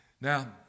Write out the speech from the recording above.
Now